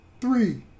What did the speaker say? three